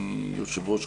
יושב-ראש,